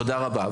תודה רבה.